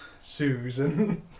Susan